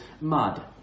mud